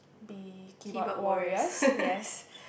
be keyboard warriors yes